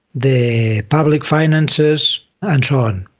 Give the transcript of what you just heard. the public finances and so on.